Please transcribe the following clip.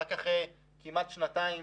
רק אחרי כמעט שנתיים